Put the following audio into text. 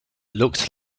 looked